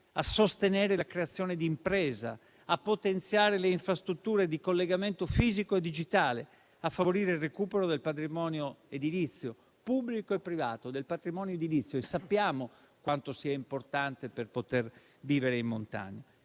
a sostenere la creazione d'impresa, a potenziare le infrastrutture di collegamento fisico o digitale e a favorire il recupero del patrimonio edilizio pubblico e privato, che sappiamo quanto sia importante per poter vivere in montagna.